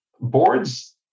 Boards